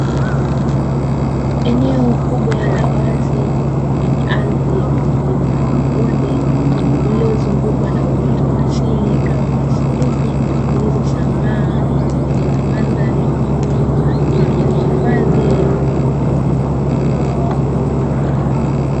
Eneo kubwa la wazi lenye ardhi yenye milima na mabonde, lililozungukwa na uoto wa asili kama nyasi fupi zilizosambaa na kutengeneza mandhari kwa ajili ya hifadhi ya wanyamapori.